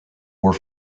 were